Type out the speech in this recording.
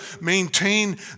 maintain